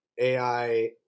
AI